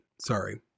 sorry